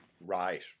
Right